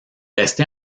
resté